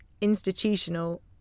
institutional